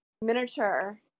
miniature